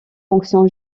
fonctions